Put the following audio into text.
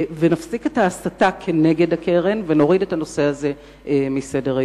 נפסיק את ההסתה כנגד הקרן ונוריד את הנושא הזה מסדר-היום.